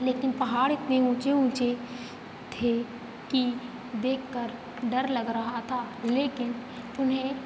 लेकिन पहाड़ इतने ऊँचे ऊँचे थे कि देखकर डर लग रहा था लेकिन उन्हें